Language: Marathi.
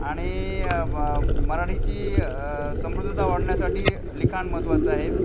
आणि मराठीची समृद्धता वाढण्यासाठी लिखाण महत्त्वाचं आहे